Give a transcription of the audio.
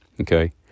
okay